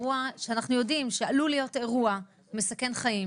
אירוע שאנחנו יודעים שעלול להיות אירוע מסכן חיים,